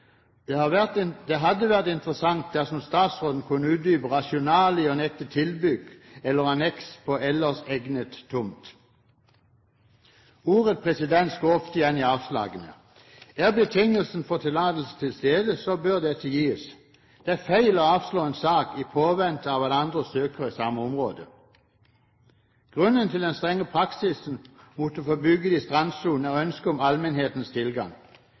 Det hadde vært interessant dersom statsråden kunne utdype det rasjonale i å nekte tilbygg eller anneks på ellers egnet tomt. Ordet «presedens» går ofte igjen i avslagene. Er betingelsene for tillatelse til stede, bør dette gis. Det er feil å avslå en sak i påvente av at andre søker i samme område. Grunnen til den strenge praksisen for å få bygge i strandsonen er ønsket om allmennhetens tilgang.